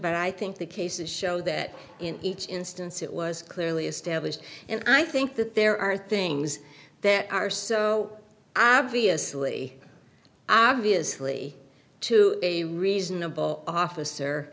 but i think the cases show that in each instance it was clearly established and i think that there are things that are so i have the asli obviously to a reasonable officer